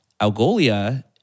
Algolia